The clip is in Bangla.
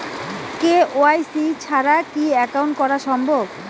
কে.ওয়াই.সি ছাড়া কি একাউন্ট করা সম্ভব?